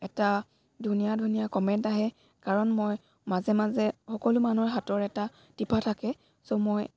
এটা ধুনীয়া ধুনীয়া কমেণ্ট আহে কাৰণ মই মাজে মাজে সকলো মানুহৰ হাতৰ এটা টিপা থাকে চ' মই